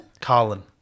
Carlin